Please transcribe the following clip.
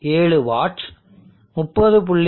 7 watts 30